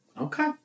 Okay